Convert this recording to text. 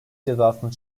cezasını